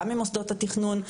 גם ממוסדות התכנון,